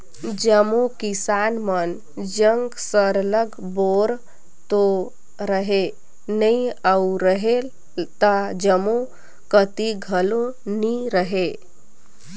जम्मो किसान मन जग सरलग बोर तो रहें नई अउ रहेल त जम्मो कती घलो नी रहे